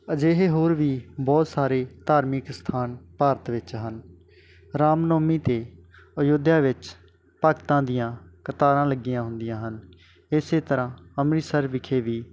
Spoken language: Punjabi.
ਅਜਿਹੇ ਹੋਰ ਵੀ ਬਹੁਤ ਸਾਰੇ ਧਾਰਮਿਕ ਸਥਾਨ ਭਾਰਤ ਵਿੱਚ ਹਨ ਰਾਮਨੋਮੀ 'ਤੇ ਅਯੋਧਿਆ ਵਿੱਚ ਭਗਤਾਂ ਦੀਆਂ ਕਤਾਰਾਂ ਲੱਗੀਆਂ ਹੁੰਦੀਆਂ ਹਨ ਇਸ ਤਰ੍ਹਾਂ ਅੰਮ੍ਰਿਤਸਰ ਵਿਖੇ ਵੀ